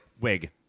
Wig